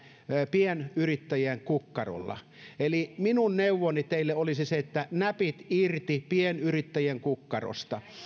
pienyrittäjien kukkarosta eli minun neuvoni teille olisi se että näpit irti pienyrittäjien kukkarosta